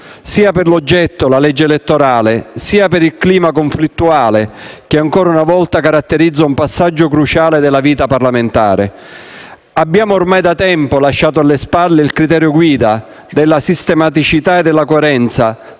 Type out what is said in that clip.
sia per l'oggetto, la legge elettorale, sia per il clima conflittuale che, ancora una volta, caratterizza un passaggio cruciale della vita parlamentare. Abbiamo ormai da tempo lasciato alle spalle il criterio guida della sistematicità e della coerenza